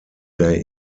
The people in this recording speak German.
der